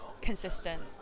consistent